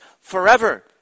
forever